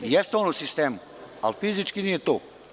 Jeste on u sistemu, ali fizički nije tu.